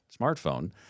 smartphone